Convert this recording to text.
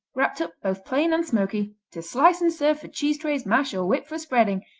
wrapped up both plain and smoky, to slice and serve for cheese trays, mash or whip for spreading,